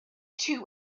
two